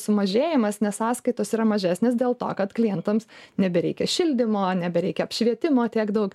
sumažėjimas nes sąskaitos yra mažesnės dėl to kad klientams nebereikia šildymo nebereikia apšvietimo tiek daug